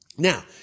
Now